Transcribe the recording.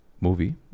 movie